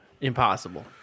Impossible